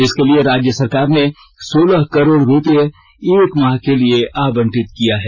इसके लिए राज्य सरकार ने सोलह करोड रूपये एक माह के लिए आवंटित किया है